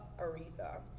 aretha